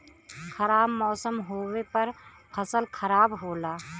खराब मौसम होवे पर फसल खराब होला